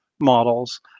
models